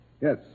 Yes